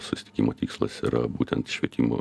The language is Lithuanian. susitikimo tikslas yra būtent švietimo